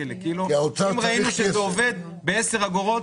לקילו חד"פ אם ראינו שזה עובד ב-10 אגורות.